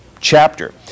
chapter